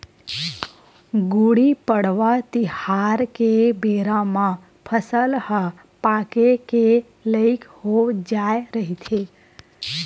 गुड़ी पड़वा तिहार के बेरा म फसल ह पाके के लइक हो जाए रहिथे